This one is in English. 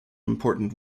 important